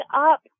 up